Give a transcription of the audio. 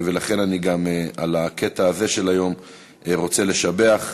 ולכן גם את הקטע הזה של היום אני רוצה לשבח.